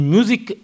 Music